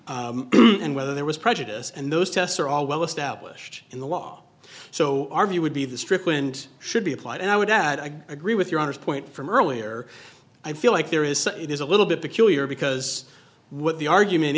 and whether there was prejudice and those tests are all well established in the law so our view would be the strickland should be applied and i would add i agree with your honor's point from earlier i feel like there is it is a little bit peculiar because what the argument